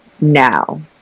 now